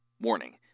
Warning